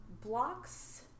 blocks